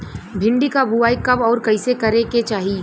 भिंडी क बुआई कब अउर कइसे करे के चाही?